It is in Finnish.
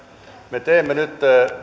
me teemme nyt